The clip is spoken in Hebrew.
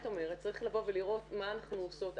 אומרת: צריך לבוא ולראות מה אנחנו עושות.